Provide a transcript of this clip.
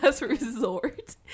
resort